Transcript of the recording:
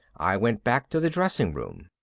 i went back to the dressing room.